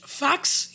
facts